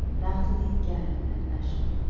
naphtali, gad, and asher.